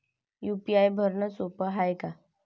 UPI भरनं सोप हाय का?